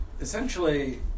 essentially